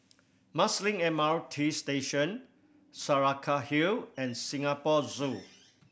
Marsiling M R T Station Saraca Hill and Singapore Zoo